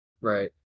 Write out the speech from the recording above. right